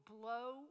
blow